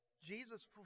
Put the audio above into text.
Jesus